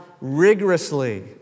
rigorously